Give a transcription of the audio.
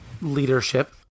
leadership